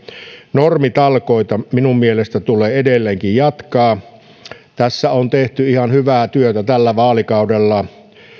normitalkoita tulee minun mielestäni edelleenkin jatkaa tässä on tehty ihan hyvää työtä tällä vaalikaudella